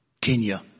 Kenya